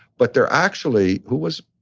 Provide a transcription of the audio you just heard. but there actually who was,